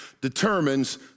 determines